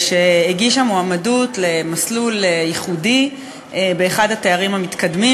שהגישה מועמדות למסלול ייחודי באחד התארים המתקדמים,